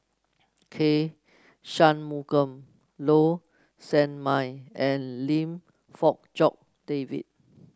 K Shanmugam Low Sanmay and Lim Fong Jock David